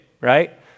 Right